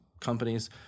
companies